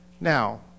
Now